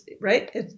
right